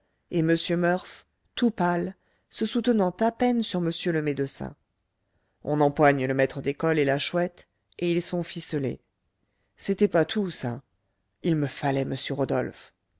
et m murph tout pâle se soutenant à peine sur m le médecin on empoigne le maître d'école et la chouette et ils sont ficelés c'était pas tout ça il me fallait m rodolphe